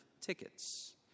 tickets